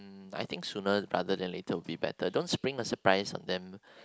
I think sooner rather than later will be better don't spring a surprise on them